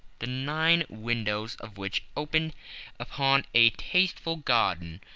the nine windows of which open upon a tasteful garden,